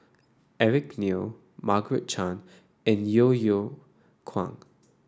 Eric Neo Margaret Chan and Yeo Yeow Kwang